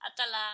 Atala